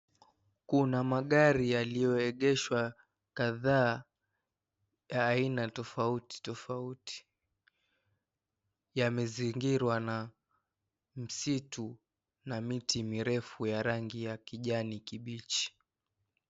Kuna magari yaliyoegeshwa kadhaa ya aina tofauti tofauti. Yamezingira na msitu na miti mirefu ya rangi ya kijani kibichi.